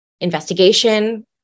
investigation